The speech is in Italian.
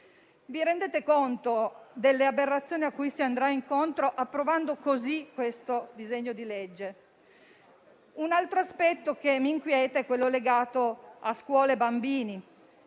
vi rendete conto delle aberrazioni a cui si andrà incontro approvando così questo disegno di legge? Un altro aspetto che mi inquieta è legato a scuole e bambini.